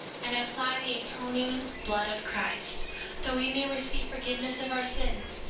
and apply the atoning blood of christ that we may receive forgiveness of our sins,